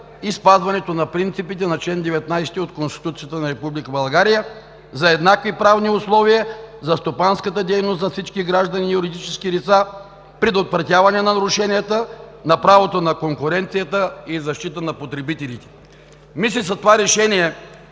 спазването на принципите на чл. 19 от Конституцията на Република България за еднакви правни условия за стопанската дейност за всички граждани и юридически лица, предотвратяване на нарушенията на правото на конкуренцията и защита на потребителите. Мисля, че с това решение,